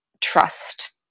trust